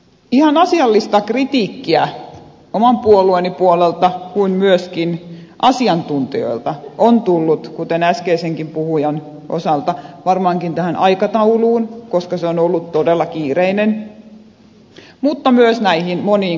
ihan asiallista kritiikkiä niin oman puolueeni puolelta kuin myöskin asiantuntijoilta on tullut kuten äskeisenkin puhujan osalta varmaankin tähän aikatauluun koska se on ollut todella kiireinen mutta myös näihin moniin kohtiin